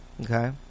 Okay